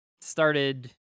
started